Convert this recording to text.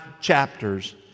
chapters